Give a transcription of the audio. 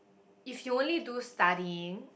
if you only do studying